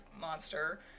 monster